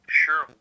sure